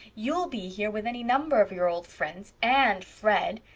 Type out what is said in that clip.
you'll be here with any number of your old friends and fred!